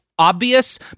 obvious